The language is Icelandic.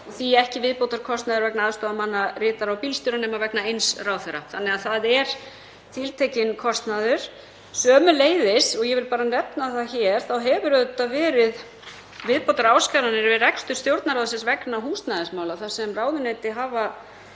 því ekki viðbótarkostnaður vegna aðstoðarmanna, ritara og bílstjóra nema vegna eins ráðherra. Það er þannig tiltekinn kostnaður. Sömuleiðis vil ég nefna það hér að það hafa auðvitað verið viðbótaráskoranir við rekstur Stjórnarráðsins vegna húsnæðismála þar sem ráðuneyti hafa